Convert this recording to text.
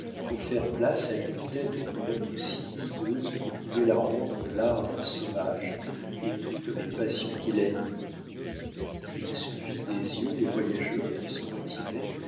pour faire place à une tête d'homme aussi hideuse que pouvaient la rendre l'art d'un sauvage et toutes les passions qui l'animent il suivit des yeux les voyageurs qui se retiraient